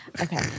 Okay